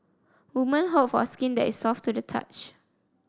women hope for skin that is soft to the touch